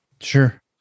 Sure